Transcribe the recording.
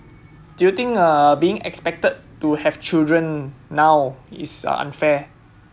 do you think uh being expected to have children now is uh unfair